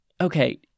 okay